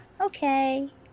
Okay